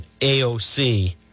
AOC